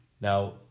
Now